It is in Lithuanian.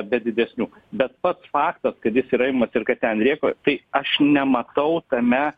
be didesnių bet pats faktas kad jis yra imamas ir kad ten rėkauja tai aš nematau tame